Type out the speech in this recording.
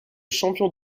champion